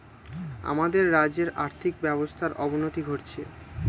আমাদের রাজ্যের আর্থিক ব্যবস্থার অবনতি ঘটছে